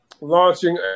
launching